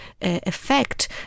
effect